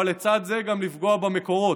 אבל לצד זה גם לפגוע במקורות,